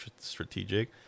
strategic